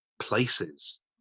places